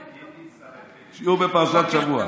שיעור בפרשת השבוע.